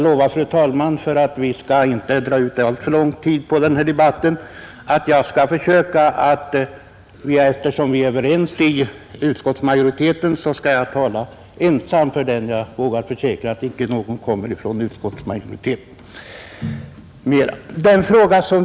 Eftersom vi är överens inom utskottsmajoriteten i denna fråga kan jag försäkra att ingen ytterligare talare från utskottsmajoriteten tar till orda och att debatten därför inte behöver dra ut alltför långt på tiden.